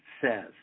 says